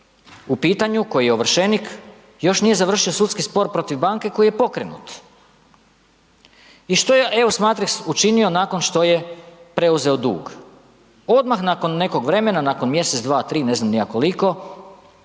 u pitanju, koji je ovršenik, još nije završio sudski spor protiv banke koji je pokrenut. I što je EOS Matrix učinio nakon što je preuzeo dug? Odmah nakon nekog vremena, nakon mjesec, dva, tri, ne znam ni ja koliko,